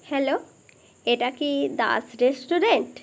hello এটা কি Das restaurant